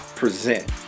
present